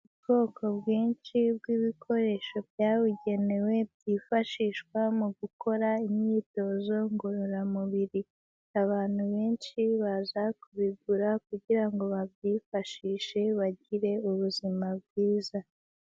Ubwoko bwinshi bw'ibikoresho byabugenewe byifashishwa mu gukora imyitozo ngororamubiri, abantu benshi baza kubigura kugira ngo babyifashishe bagire ubuzima bwiza.